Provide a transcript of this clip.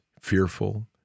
fearful